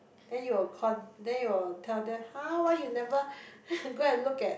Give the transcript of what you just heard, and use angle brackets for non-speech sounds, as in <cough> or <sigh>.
then you will call then you will tell them !huh! why you never <breath> go and look at